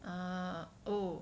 uh oh